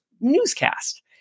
newscast